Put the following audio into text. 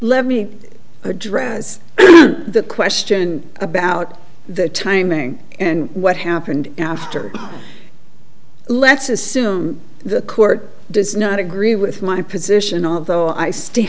let me address the question about the timing and what happened after let's assume the court does not agree with my position although i s